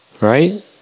Right